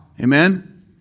Amen